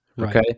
Okay